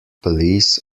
police